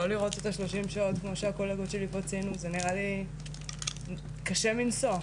לא לראות אותה 30 שעות, זה נראה לי קשה מנשוא.